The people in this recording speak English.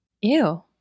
Ew